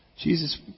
Jesus